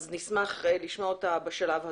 נשמח לשמוע אותה בשלב הזה.